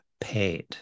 paid